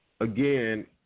again